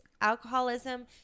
alcoholism